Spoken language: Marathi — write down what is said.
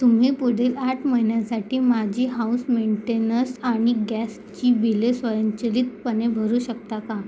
तुम्ही पुढील आठ महिन्यांसाठी माझी हाउस मेंटेनस आणि गॅसची बिले स्वयंचलितपणे भरू शकता का